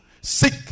Seek